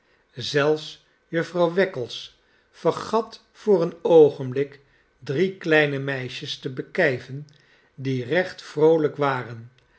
zelfs jufvrouw wackles vergat voor een oogenblik drie kleine meisjes te bekijven die recht vroolijk waren